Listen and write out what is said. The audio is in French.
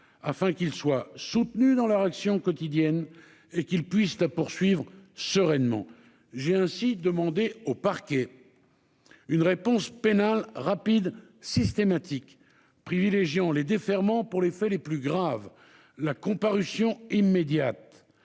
afin qu'ils soient soutenus dans leur action quotidienne et qu'ils puissent la poursuivre sereinement. J'ai ainsi demandé aux parquets une réponse pénale rapide et systématique, en privilégiant les déferrements et, pour les faits les plus graves, la comparution immédiate.